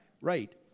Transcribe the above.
Right